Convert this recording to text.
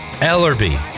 Ellerby